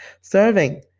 Serving